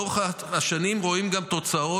לאורך השנים רואים גם תוצאות,